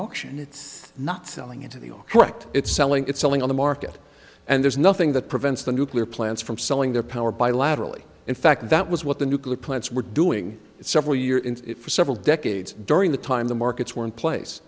auction it's not selling into the or correct it's selling it's selling on the market and there's nothing that prevents the nuclear plants from selling their power bilaterally in fact that was what the nuclear plants were doing several year into it for several decades during the time the markets were in place